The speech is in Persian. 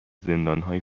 زندانهای